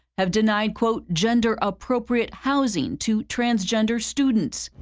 have denied, quote, gender appropriate housing to transgender students.